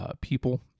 people